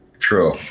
True